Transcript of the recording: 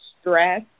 stress